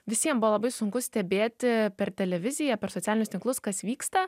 visiem buvo labai sunku stebėti per televiziją per socialinius tinklus kas vyksta